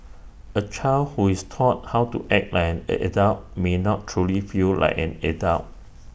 A child who is taught how to act like an A adult may not truly feel like an adult